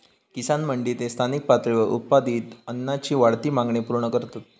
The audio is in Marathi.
किसान मंडी ते स्थानिक पातळीवर उत्पादित अन्नाची वाढती मागणी पूर्ण करतत